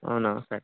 అవునా సరే